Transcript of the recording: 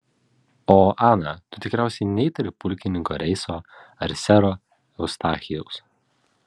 o ana tu tikriausiai neįtari pulkininko reiso ar sero eustachijaus